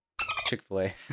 Chick-fil-A